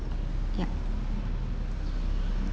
ya